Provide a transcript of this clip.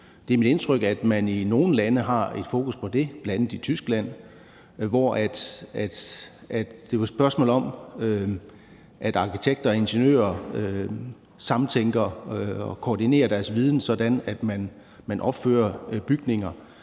Det er mit indtryk, at man i nogle lande har et fokus på dét, bl.a. i Tyskland, hvor det er et spørgsmål om, at arkitekter og ingeniører koordinerer deres viden, sådan at man opfører bygninger,